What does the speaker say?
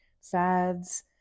fads